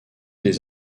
des